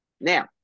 Now